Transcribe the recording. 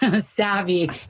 savvy